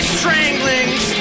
stranglings